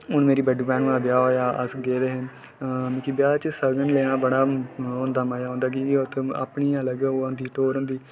हून मेरी बड्डी भैनू दी ब्याह् होआ अस गे दे हे मिकी ब्याह् च सगन लेने दा बड़ा ओह् होंदा मजा औंदा की के अपनी अलग ओह् होंदी टोर होंदी